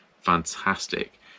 fantastic